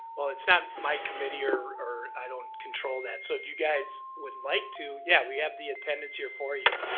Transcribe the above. well, it's not my committee or or i don't control that. so, if you guys would like to, yeah, we have the attendance here for you.